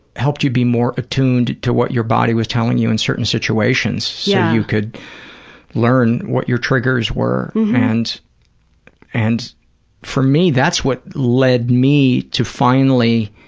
helped you be more attuned to what your body was telling you in certain situations so yeah you could learn what your triggers were. and and for me that's what lead me to finally